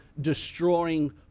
destroying